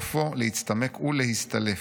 סופו להצטמק ולהסתלף'.